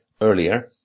earlier